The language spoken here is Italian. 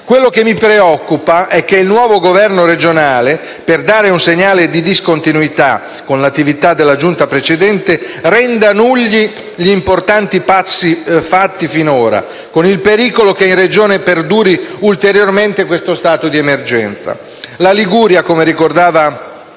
Quello che mi preoccupa è che il nuovo Governo regionale, per dare un segnale di discontinuità con l'attività della Giunta precedente, renda nulli gli importanti passi fatti fino ad ora, con il pericolo che in Regione perduri ulteriormente questo stato di emergenza.